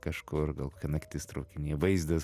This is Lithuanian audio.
kažkur gal kokia naktis traukiny vaizdas